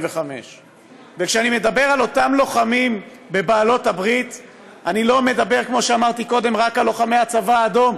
וכשאנחנו מדברים על פזורה זה כאילו אלה הלא-מוכרים,